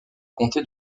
comté